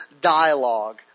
dialogue